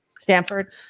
Stanford